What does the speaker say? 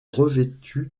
revêtues